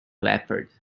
leopard